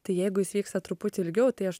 tai jeigu jis vyksta truputį ilgiau tai aš